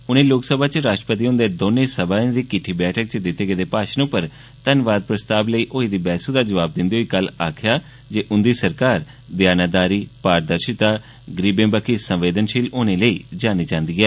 उनें लोकसभा च राश्ट्रपति हुंदे दौनें सभायें दी किट्ठी बैठक च दित्ते गेदे भाशण पर धन्नवाद प्रस्ताव लेई होई दी बैह्सू दा जवाब दिंदे होई कल आखेआ जे उंदी सरकार द्यानतदारी पारदर्षिता ते गरीबें बखी संवेदनषील होने लेई जानी जंदी ऐ